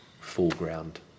foreground